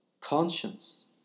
conscience